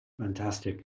Fantastic